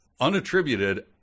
unattributed